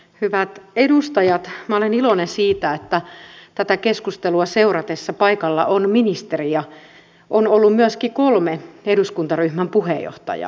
hyvät edustajat minä olen iloinen siitä että tätä keskustelua seuratessa paikalla on ministeri ja on ollut myöskin kolme eduskuntaryhmän puheenjohtajaa